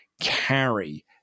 carry